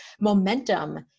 momentum